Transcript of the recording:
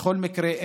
בכל מקרה,